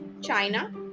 China